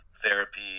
therapy